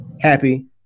happy